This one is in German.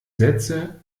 sätze